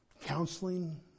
counseling